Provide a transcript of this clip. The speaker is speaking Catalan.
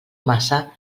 massa